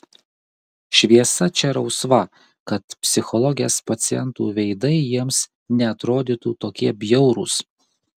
šviesa čia rausva kad psichologės pacientų veidai jiems neatrodytų tokie bjaurūs